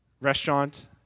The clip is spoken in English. restaurant